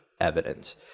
evidence